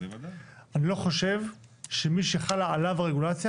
אני לא חושב שמי שחלה עליו הרגולציה